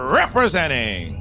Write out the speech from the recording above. representing